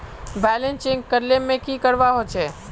Balance check करले की करवा होचे?